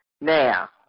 Now